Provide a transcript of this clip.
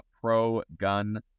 pro-gun